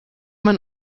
mein